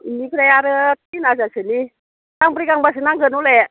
बेनिफ्राय आरो थिन हाजारसोनि गांब्रै गांबासो नांगोन हले